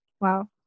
Wow